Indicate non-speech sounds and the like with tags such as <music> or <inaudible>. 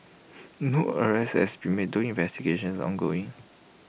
<noise> no arrests has been made though investigations are ongoing